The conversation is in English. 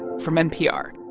from npr.